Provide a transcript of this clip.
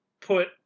put